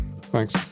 Thanks